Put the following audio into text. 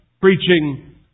preaching